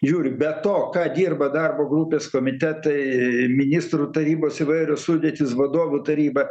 žiūri be to ką dirba darbo grupės komitetai ministrų tarybos įvairios sudėtys vadovų taryba